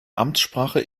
amtssprache